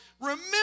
Remember